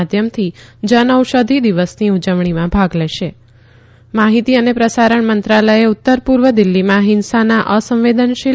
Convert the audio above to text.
માધ્યમથી જન ઔષધી દિવસની ઉજવણીમાં ભાગ લશા માહિતી અન પ્રસારણ મંત્રાલય ઉત્તર પૂર્વ દિલ્હીમાં હિંસાના અસંવદાનશીલ